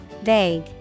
Vague